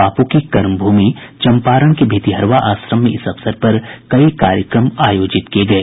बापू की कर्मभूमि चंपारण के भितिहरवा आश्रम में इस अवसर पर कई कार्यक्रम आयोजित किये गये